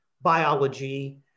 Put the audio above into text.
biology